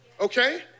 Okay